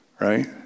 right